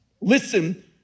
Listen